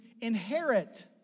inherit